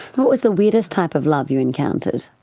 what was the weirdest type of love you encountered?